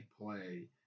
play